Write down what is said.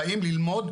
באים ללמוד,